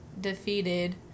defeated